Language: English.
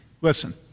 listen